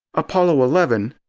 apollo eleven,